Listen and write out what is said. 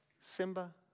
Simba